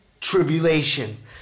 tribulation